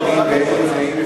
אין מתנגדים ואין נמנעים.